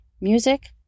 Music